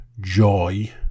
joy